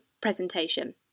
presentation